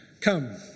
Come